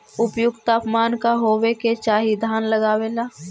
उपयुक्त तापमान का होबे के चाही धान लगावे ला?